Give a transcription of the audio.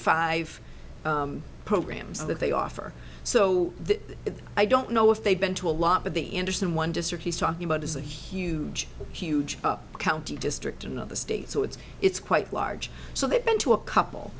five programs that they offer so i don't know if they've been to a lot but the anderson one district he's talking about is a huge huge county district another state so it's it's quite large so they've been to a couple